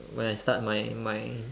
when I start my my